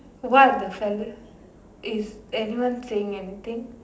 one of the fella is anyone saying anything